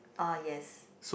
uh yes